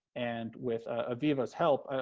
and with ah aviva's help,